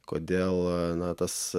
kodėl na tas